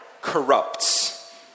corrupts